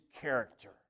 character